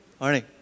morning